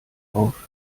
auf